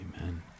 Amen